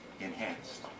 enhanced